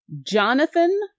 Jonathan